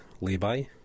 lay-by